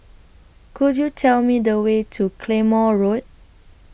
Could YOU Tell Me The Way to Claymore Road